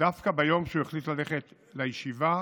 דווקא ביום שבו הוא החליט ללכת לישיבה